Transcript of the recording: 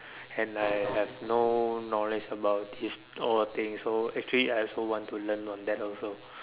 and I have no knowledge about this all thing so actually I also want to learn on that also